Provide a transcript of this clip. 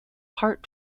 hart